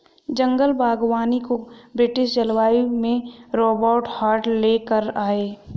जंगल बागवानी को ब्रिटिश जलवायु में रोबर्ट हार्ट ले कर आये